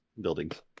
buildings